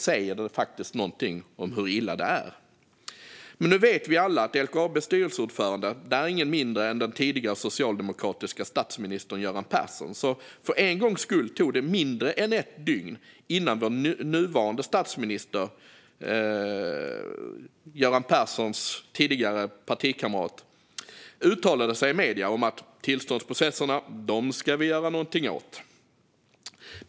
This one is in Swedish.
Men nu vet vi alla att LKAB:s styrelseordförande inte är någon mindre än den tidigare socialdemokratiske statsministern Göran Persson, så för en gångs skull tog det mindre än ett dygn innan vår nuvarande statsminister - Göran Perssons tidigare partikamrat - uttalade sig i medierna om att man ska göra något åt tillståndsprocesserna.